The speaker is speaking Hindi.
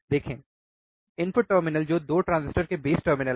देखें इनपुट टर्मिनल जो 2 ट्रांजिस्टर के बेस टर्मिनल हैं